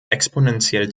exponentiell